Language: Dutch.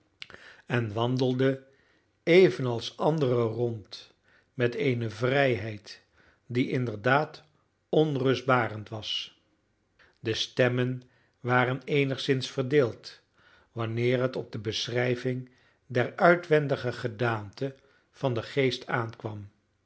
en wandelde evenals anderen rond met eene vrijheid die inderdaad onrustbarend was de stemmen waren eenigszins verdeeld wanneer het op de beschrijving der uitwendige gedaante van den geest aankwam